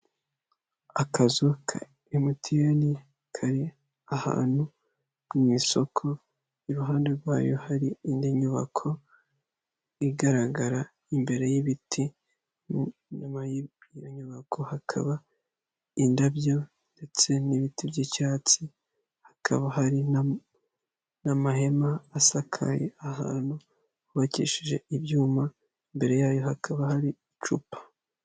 Akazu ka emutiyene kari ahantu mu isoko , iruhande rwayo hari indi inyubako igaragara, imbere y'ibiti, inyuma yiyo nyubako hakaba indabyo ndetse n'ibiti by'icyatsi, hakaba hari n'amahema asakaye ahantu hubakishijwe ibyuma, imbere yayo hakaba hari icupa.